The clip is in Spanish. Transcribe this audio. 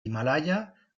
himalaya